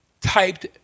typed